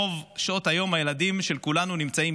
רוב שעות היום הילדים של כולנו נמצאים